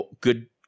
good